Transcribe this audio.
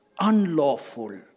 unlawful